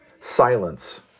silence